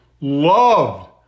loved